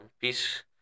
peace